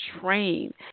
train